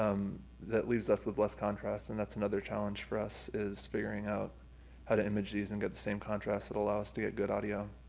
um that leaves us with less contrast. and that's another challenge for us is figuring out how to image these and get the same contrast that will allow us to get good audio.